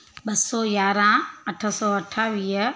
ॿ सौ यारहं अठ सौ अठावीह